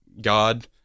God